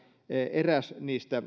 eräs